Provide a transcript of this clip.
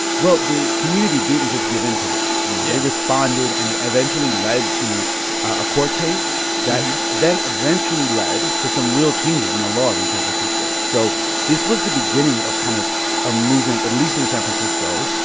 well, the community didn't just give into this yeah you know, they responded, and it eventually led to a court case that then eventually led to some real changes in the laws in san francisco. so this was the beginning of kind of a movement, at least in san francisco,